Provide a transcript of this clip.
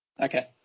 Okay